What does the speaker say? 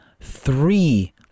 three